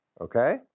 Okay